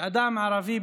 ואדם ערבי,